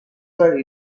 were